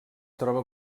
troba